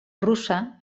russa